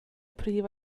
prif